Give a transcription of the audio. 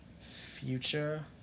future